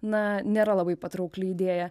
na nėra labai patraukli idėja